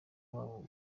wabo